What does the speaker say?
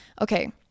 okay